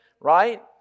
right